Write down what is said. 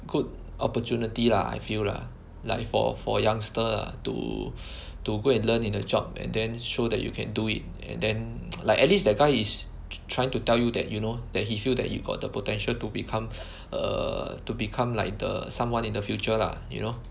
good opportunity lah I feel lah like for for youngster ah to to go and learn in a job and then show that you can do it and then like at least that guy is trying to tell you that you know that he feel that you got the potential to become err to become like the someone in the future lah you know